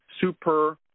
Super